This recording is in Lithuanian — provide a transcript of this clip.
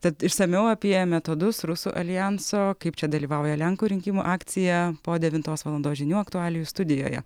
tad išsamiau apie metodus rusų aljanso kaip čia dalyvauja lenkų rinkimų akcija po devintos valandos žinių aktualijų studijoje